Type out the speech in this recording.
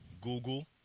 Google